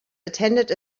attended